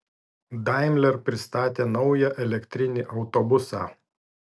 daimler pristatė naują elektrinį autobusą